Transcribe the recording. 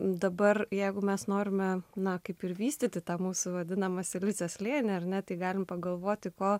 dabar jeigu mes norime na kaip ir vystyti tą mūsų vadinamą silicio slėnį ar ne tai galime pagalvoti ko